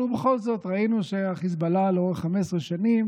אבל בכל זאת ראינו שהחיזבאללה לאורך 15 שנים